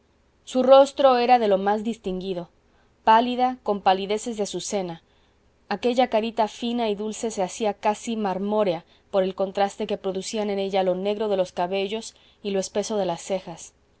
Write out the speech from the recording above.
su rostro era de lo más distinguido pálida con palideces de azucena aquella carita fina y dulce se hacía casi marmórea por el contraste que producían en ella lo negro de los cabellos y lo espeso de las cejas